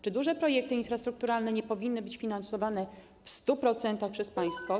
Czy duże projekty infrastrukturalne nie powinny być finansowane w 100% przez państwo?